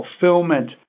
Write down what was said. fulfillment